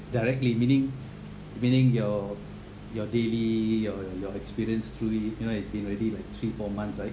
directly meaning meaning your your daily your your experience truly you know it's been already like three four months right